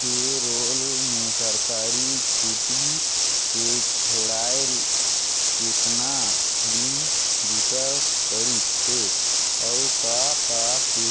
पे role में सरकारी छुट्टी के छोएड़ केतना दिन बूता करिस हे, अउ का का के